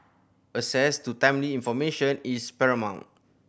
access to timely information is paramount